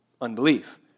unbelief